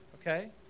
Okay